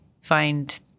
find